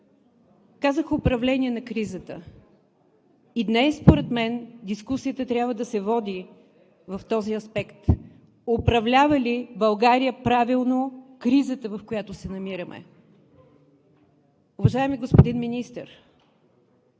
Казах: управление на кризата. И днес според мен дискусията трябва да се води в този аспект – управлява ли България правилно кризата, в която се намираме? Уважаеми господин Министър,